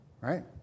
Right